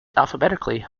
alphabetically